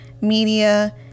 media